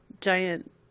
giant